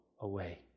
away